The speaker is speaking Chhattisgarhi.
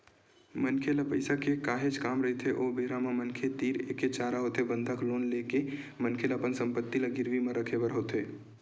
मनखे ल पइसा के काहेच काम रहिथे ओ बेरा म मनखे तीर एके चारा होथे बंधक लोन ले के मनखे ल अपन संपत्ति ल गिरवी म रखे बर होथे